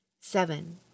Seven